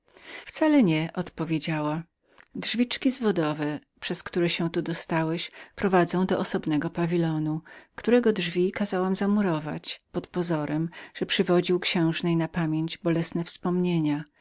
wcale nie odpowiedziała zasuwa którą się tu dostałeś wychodzi do osobnego pawilonu którego drzwi kazałam zamurować pod pozorem że przywodził księżnie na pamięć bolesne wspomnienia